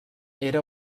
era